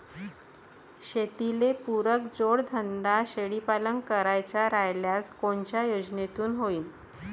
शेतीले पुरक जोडधंदा शेळीपालन करायचा राह्यल्यास कोनच्या योजनेतून होईन?